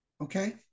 Okay